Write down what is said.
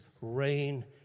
rain